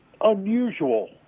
unusual